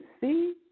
see